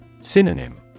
Synonym